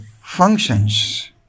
functions